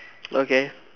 okay